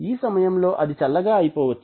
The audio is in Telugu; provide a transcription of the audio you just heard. ఈ సమయంలో అది చల్లగా అయిపోవచ్చు